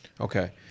Okay